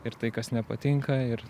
ir tai kas nepatinka ir